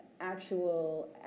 actual